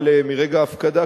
אבל מרגע ההפקדה,